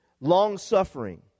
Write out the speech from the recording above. long-suffering